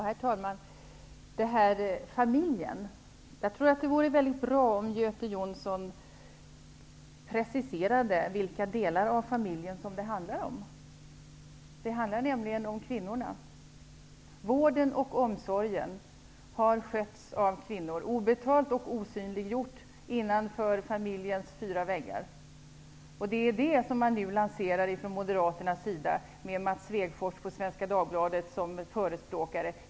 Herr talman! Jag tror att det skulle vara mycket bra om Göte Jonsson preciserade vilka delar av familjen som det handlar om. Det handlar nämligen om kvinnorna. Vården och omsorgen har skötts av kvinnor, obetalt och osynligt innanför familjens fyra väggar. Det är detta som man nu lanserar från Moderaternas sida med Mats Svegfors på Svenska Dagbladet som förespråkare.